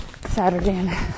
Saturday